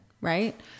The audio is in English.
right